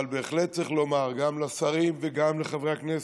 אבל בהחלט צריך לומר, גם לשרים וגם לחברי הכנסת,